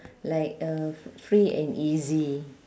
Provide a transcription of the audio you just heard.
like uh free and easy